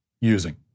using